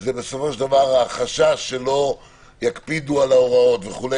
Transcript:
זה בסופו של דבר החשש שלא יקפידו על ההוראות וכו',